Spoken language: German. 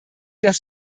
das